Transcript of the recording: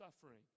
suffering